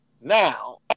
now